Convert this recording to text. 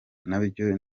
nabyo